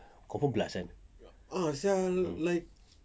confirm blast kan